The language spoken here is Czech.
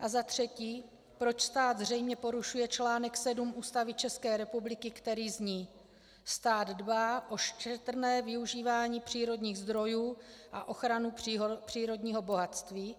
A za třetí, proč stát zřejmě porušuje článek 7 Ústavy České republiky, který zní: Stát dbá o šetrné využívání přírodních zdrojů a ochranu přírodního bohatství?